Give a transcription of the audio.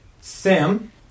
Sam